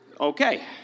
Okay